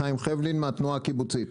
חיים חבלין מהתנועה הקיבוצית.